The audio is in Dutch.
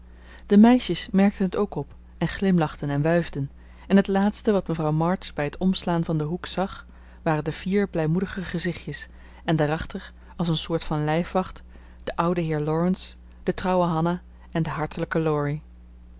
de meisjes merkten het ook op en glimlachten en wuifden en het laatste wat mevrouw march bij het omslaan van den hoek zag waren de vier blijmoedige gezichtjes en daarachter als een soort van lijfwacht de oude heer laurence de trouwe hanna en de hartelijke laurie